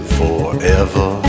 forever